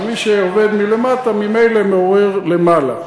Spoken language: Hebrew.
אז מי שעובד מלמטה, ממילא מעורר למעלה.